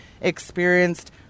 experienced